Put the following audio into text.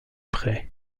près